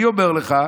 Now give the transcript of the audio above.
אני אומר לך,